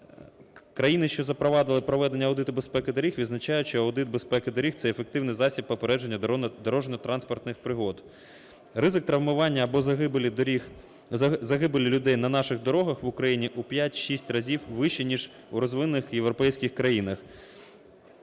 Країни, що запровадили проведення аудиту безпеки доріг відзначають, що аудит безпеки доріг це ефективний засіб попередження дорожньо-транспортних пригод. Ризик травмування або загибель людей на наших дорогах в Україні в 5-6 разів вищий ніж в розвинених європейських країнах.